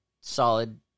solid